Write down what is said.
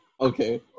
okay